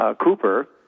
Cooper